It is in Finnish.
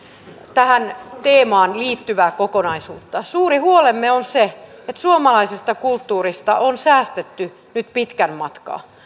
tähän teemaan liittyvää kokonaisuutta suuri huolemme on se että suomalaisesta kulttuurista on säästetty nyt pitkän matkaa